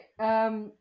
Okay